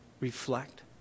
reflect